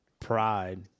pride